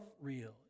real